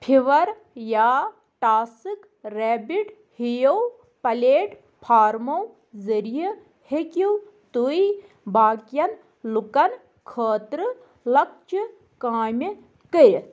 fever یا TaskRabbit ہییو پلیٹفارمو ذٔریعہِ ہیٚکِو تُہۍ باقین لوٗکن خٲطرٕ لۄکچہِ کامہِ کٔرِتھ